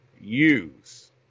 use